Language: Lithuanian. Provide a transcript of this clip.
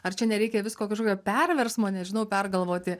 ar čia nereikia visko kažkokio perversmo nežinau pergalvoti